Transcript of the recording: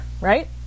right